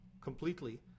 completely